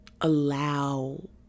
allow